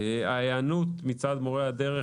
ההיענות מצד מורי הדרך